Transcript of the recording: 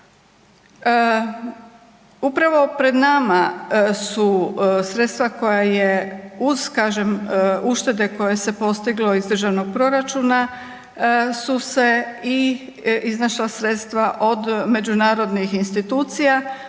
Upravo pred nama su sredstva koja je uz kažem uštede koje se postiglo iz državnog proračuna su se iznašla sredstva od međunarodnih institucija,